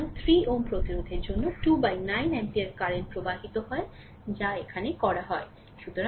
সুতরাং 3 Ω প্রতিরোধের জন্য 29 অ্যাম্পিয়ার কারেন্ট প্রবাহিত হয় যা এখানে করা হয়